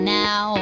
now